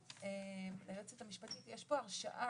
היועצת המשפטית יש פה הרשעה,